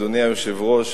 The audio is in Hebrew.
אדוני היושב-ראש,